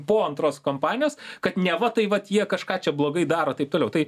po antros kompanijos kad neva tai vat jie kažką čia blogai daro taip toliau tai